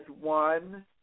one